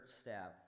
staff